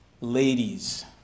ladies